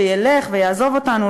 שילך ויעזוב אותנו,